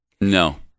No